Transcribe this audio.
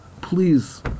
please